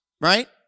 right